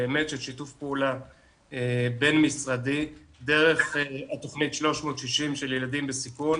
של שיתוף פעולה בין-משרדי דרך התוכנית 360 של ילדים בסיכון,